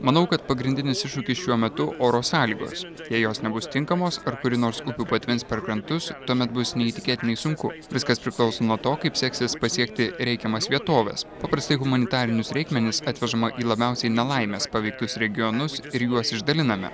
manau kad pagrindinis iššūkis šiuo metu oro sąlygos jei jos nebus tinkamos ar kuri nors upių patvins per krantus tuomet bus neįtikėtinai sunku viskas priklauso nuo to kaip seksis pasiekti reikiamas vietoves paprastai humanitarinius reikmenis atvežama į labiausiai nelaimes paveiktus regionus ir juos išdaliname